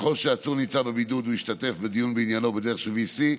ככל שעצור נמצא בבידוד הוא ישתתף בדיון בעניינו בדרך של VC,